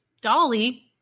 Dolly